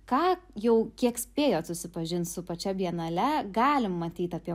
ką jau kiek spėjot susipažint su pačia bienale galim matyt apie